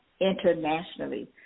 internationally